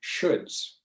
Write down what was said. shoulds